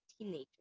teenager